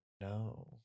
no